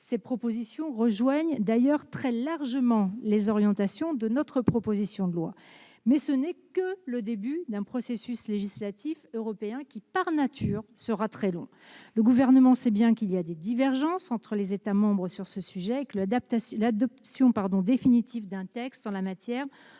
ses propositions rejoignent d'ailleurs très largement les orientations définies dans notre proposition de loi -, mais ce n'est que le début d'un processus législatif européen qui, par nature, sera très long. Le Gouvernement sait bien qu'il existe des divergences entre les États membres sur le sujet et que l'adoption définitive d'un texte en la matière